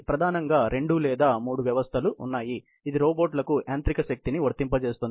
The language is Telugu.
ప్రధానంగా రెండు లేదా మూడు వ్యవస్థలు ఉన్నాయి ఇది రోబోట్లకు యాంత్రిక శక్తిని వర్తింపజేస్తుంది